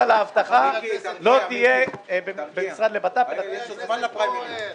במשרד לביטחון פנים.